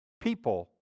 People